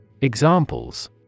Examples